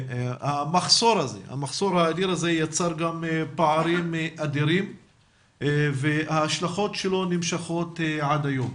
המחסור האדיר הזה יצר גם פערים אדירים וההשלכות שלו נמשכות עד היום.